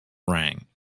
rang